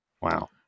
Wow